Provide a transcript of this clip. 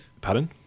Pardon